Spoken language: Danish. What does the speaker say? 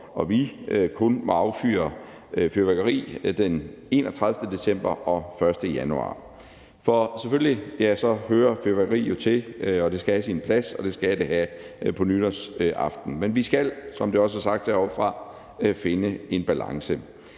så man kun må affyre fyrværkeri den 31. december og den 1. januar. For selvfølgelig hører fyrværkeri til og skal have sin plads på en nytårsaften, men vi skal, som det også er sagt heroppefra, finde en balance.